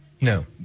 No